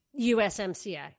USMCA